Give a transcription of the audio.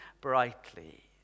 brightly